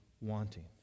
wanting